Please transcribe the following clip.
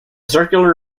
circular